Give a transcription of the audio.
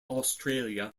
australia